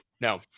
No